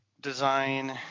design